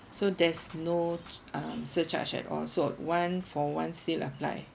so there's no um surcharge at all so one for one still apply